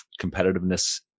competitiveness